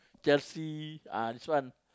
Chelsea ah this one